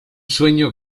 sueño